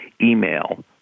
email